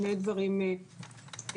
שני דברים משמעותיים.